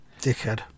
Dickhead